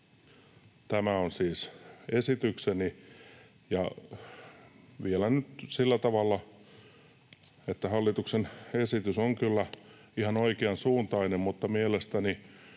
sillä tavalla, että hallituksen esitys on kyllä ihan oikeansuuntainen, mutta mielestäni